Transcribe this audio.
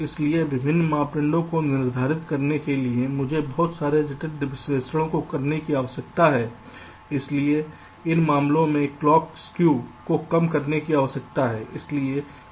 इसलिए विभिन्न मापदंडों को निर्धारित करने के लिए मुझे बहुत सारे जटिल विश्लेषण करने की आवश्यकता है इसलिए इन मामलों में क्लॉक स्कू को कम करने की आवश्यकता है